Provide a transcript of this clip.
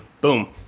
boom